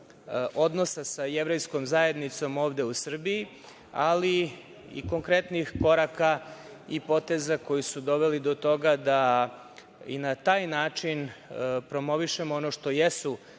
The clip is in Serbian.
odnosa sa Jevrejskom zajednicom ovde u Srbiji, ali i konkretnih koraka i poteza koji su doveli do toga da i na taj način promovišemo ono što jesu